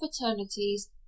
fraternities